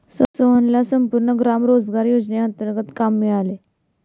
मोहनला संपूर्ण ग्राम रोजगार योजनेंतर्गत काम मिळाले